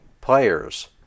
players